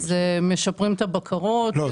אז משפרים את הבקרות --- לא,